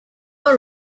por